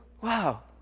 Wow